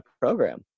program